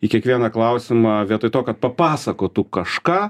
į kiekvieną klausimą vietoj to kad papasakotų kažką